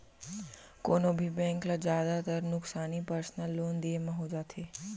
कोनों भी बेंक ल जादातर नुकसानी पर्सनल लोन दिये म हो जाथे